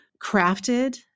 crafted